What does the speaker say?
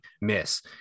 miss